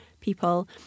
people